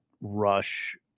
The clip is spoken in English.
rush